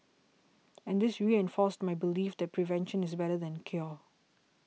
and this reinforced my belief that prevention is better than cure